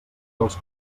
dels